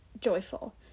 joyful